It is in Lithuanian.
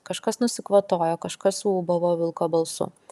kažkas nusikvatojo kažkas suūbavo vilko balsu